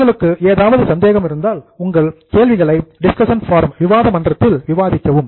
உங்களுக்கு ஏதாவது சந்தேகம் இருந்தால் உங்கள் கேள்விகளை டிஸ்கஷன் ஃபாரம் விவாத மன்றத்தில் விவாதிக்கவும்